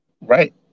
Right